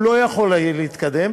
הוא לא יכול להתקדם,